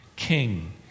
king